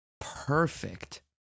perfect